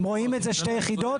הם רואים את זה שתי יחידות.